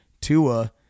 Tua